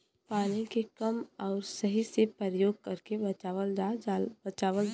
पानी के कम आउर सही से परयोग करके बचावल जा सकल जाला